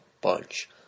bunch